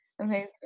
Amazing